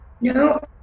No